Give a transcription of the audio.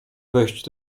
wejść